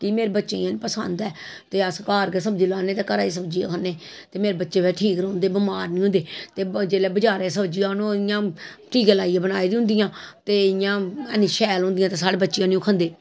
कि मेरे बच्चें गी पसंद ऐ ते अस घर गै सब्जी लाने न ते घरे दी गै सब्जी खन्ने ते मेरे बच्चे बी ठीक रौंह्दे बमार निं होंदे ते जिसलै बज़ारे दी सब्जी आनो इ'यां टीका लाइयै बनाई दियां होंदियां ते इ'यां ऐनी शैल होंदियां साढ़े बच्चे निं ओह् खंदे